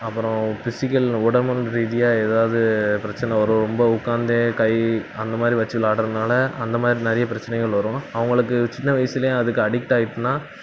அப்புறம் ஃபிஸிக்கல் உடம்புக்கு ரீதியாக ஏதாவது பிரச்சனை வரும் ரொம்ப உட்காந்தே கை அந்த மாதிரி வச்சு விளாட்றதுனால அந்த மாதிரி நிறைய பிரச்சனைகள் வரும் அவங்களுக்கு சின்ன வயசில் அதுக்கு அடிக்ட் ஆகிட்டுனா